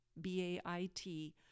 B-A-I-T